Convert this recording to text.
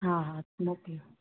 हा हा मोकिलियो